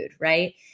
right